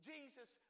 Jesus